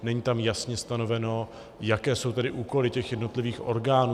Není tam jasně stanoveno, jaké jsou tedy úkoly těch jednotlivých orgánů.